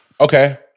Okay